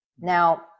Now